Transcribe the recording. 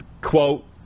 quote